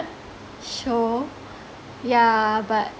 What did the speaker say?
show yeah but